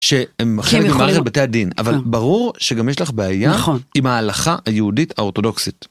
שהם חלק ממרכז בתי הדין, אבל ברור שגם יש לך בעיה עם ההלכה היהודית האורתודוקסית.